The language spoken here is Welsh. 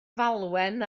falwen